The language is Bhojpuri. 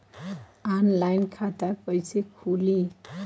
ऑनलाइन खाता कइसे खुली?